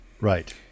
Right